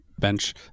bench